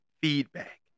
feedback